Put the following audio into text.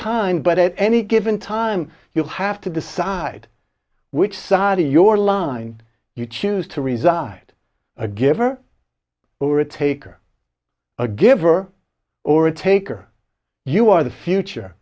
kind but at any given time you have to decide which side of your line you choose to reside a giver overtake or a giver or a taker you are the future